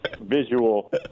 visual